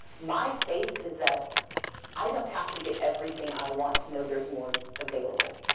my faith is that i don't have to get everything i want to know there's more available.